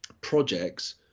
projects